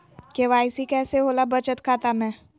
KYC कैसे होला बचत खाता में?